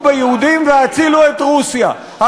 ביהודים והצילו את רוסיה" השוואה מגעילה.